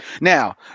Now